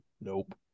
Nope